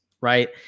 Right